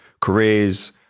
careers